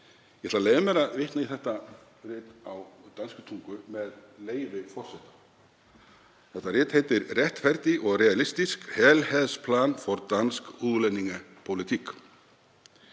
Ég ætla að leyfa mér að vitna í þetta rit á danskri tungu, með leyfi forseta. Þetta rit heitir Retfærdig og realistisk – helhedsplan for dansk udlændingepolitik.